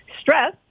stress